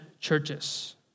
churches